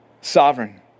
sovereign